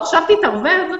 עכשיו תתערבב,